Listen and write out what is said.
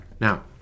Now